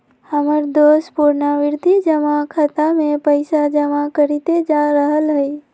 हमर दोस पुरनावृति जमा खता में पइसा जमा करइते जा रहल हइ